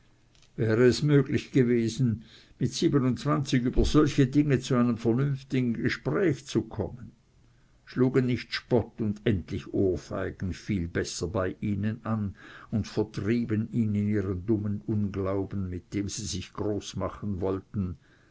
wäre es möglich gewesen mit siebenundzwanzig über solche dinge zu einem vernünftigen gespräch zu kommen schlugen nicht spott und endlich ohrfeigen viel besser bei ihnen an und vertrieben ihnen ihren dummen unglauben mit dem sie sich groß machen wollten